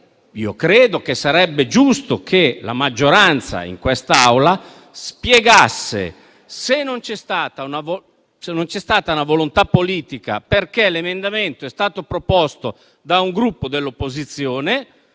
Credo che sarebbe giusto che la maggioranza in quest'Aula spiegasse se non c'è stata una volontà politica, perché l'emendamento è stato proposto da un Gruppo dell'opposizione